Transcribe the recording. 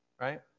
right